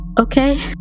Okay